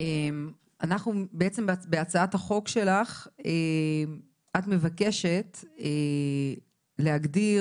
אנחנו בעצם בהצעת החוק שלך את מבקשת להגדיר